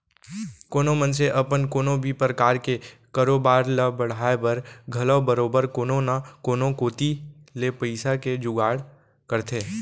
कोनो मनसे अपन कोनो भी परकार के कारोबार ल बढ़ाय बर घलौ बरोबर कोनो न कोनो कोती ले पइसा के जुगाड़ करथे